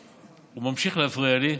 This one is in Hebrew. וממשיך להפריע לי.